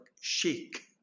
shake